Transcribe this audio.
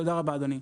תודה רבה, אדוני.